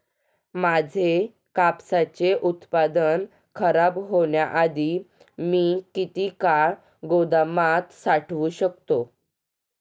माझे कापसाचे उत्पादन खराब होण्याआधी मी किती काळ गोदामात साठवू शकतो?